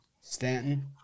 Stanton